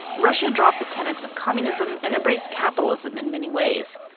russia dropped the tenants of communism and embraced capitalism in many ways,